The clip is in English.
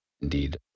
indeed